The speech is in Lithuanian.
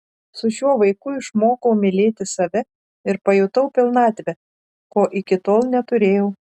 su šiuo vaiku išmokau mylėti save ir pajutau pilnatvę ko iki tol neturėjau